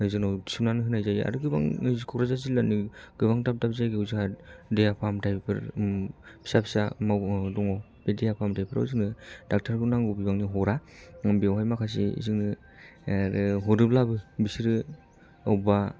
जोंनाव थिसनानै होनाय जायो आरो गोबांनि क'क्राझार जिल्लानि गोबां दाब दाब जायगायाव जाहा देहा फामथायफोर फिसा फिसा मावबावनांगौ दङ बे देहा फाहामथायफोराव जोङो डाक्टार खौ नांगौ बिबांनि हरा बेवहाय माखासे जोङो हरोब्लाबो बिसोरो बावबा